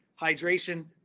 hydration